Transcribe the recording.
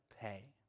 pay